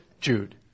Jude